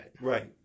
Right